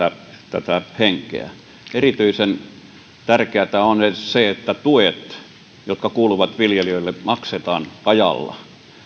tätä henkeä erityisen tärkeätä on se että tuet jotka kuuluvat viljelijöille maksetaan ajallaan